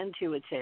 intuitive